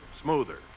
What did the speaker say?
smoother